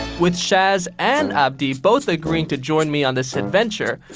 with shahz and abdi both agreeing to join me on this adventure,